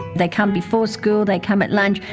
they come before school, they come at lunch,